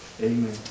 Amen